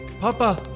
Papa